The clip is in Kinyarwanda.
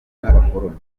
n’abakoloni